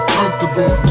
comfortable